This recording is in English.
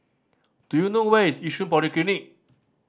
do you know where is Yishun Polyclinic